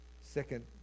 Second